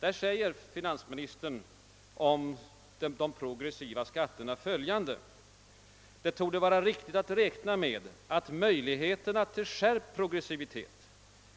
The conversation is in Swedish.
Där skriver finansministern om de progressiva skatterna följande: »Det torde emellertid vara riktigt att räkna med att möjligheterna till skärpt progressivitet